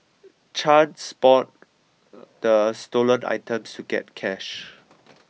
Chan spawned the stolen items to get cash